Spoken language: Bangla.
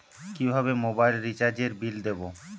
কিভাবে মোবাইল রিচার্যএর বিল দেবো?